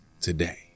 today